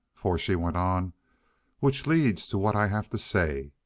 for she went on which leads to what i have to say.